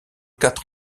quatre